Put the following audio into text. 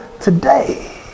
today